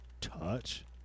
touch